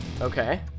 Okay